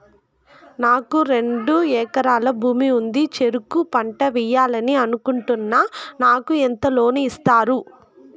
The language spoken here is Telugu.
నాకు రెండు ఎకరాల భూమి ఉంది, చెరుకు పంట వేయాలని అనుకుంటున్నా, నాకు ఎంత లోను ఇస్తారు?